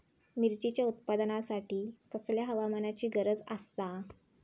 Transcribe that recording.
मिरचीच्या उत्पादनासाठी कसल्या हवामानाची गरज आसता?